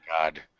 god